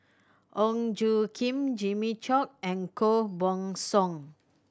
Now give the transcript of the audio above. Ong Tjoe Kim Jimmy Chok and Koh Buck Song